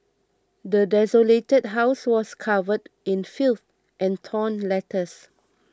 the desolated house was covered in filth and torn letters